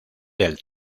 del